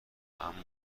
اما